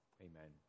amen